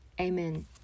amen